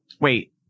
wait